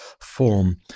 form